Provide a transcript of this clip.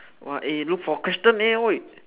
!wah! eh look for question leh !oi!